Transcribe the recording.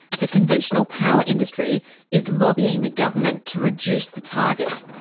the conventional power industry is lobbying the government to reduce the target.